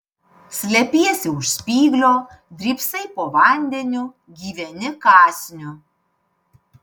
slepiesi už spyglio drybsai po vandeniu gyveni kąsniu